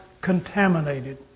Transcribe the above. contaminated